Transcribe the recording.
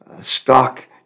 Stock